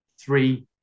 three